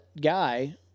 guy